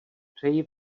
přeji